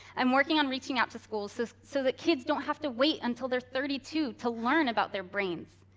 i'm working on reaching out to schools so that kids don't have to wait until they're thirty two to learn about their brains.